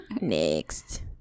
next